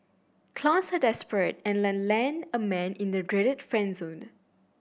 clowns are desperate and land a man in the dreaded friend zone